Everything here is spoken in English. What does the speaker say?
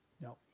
No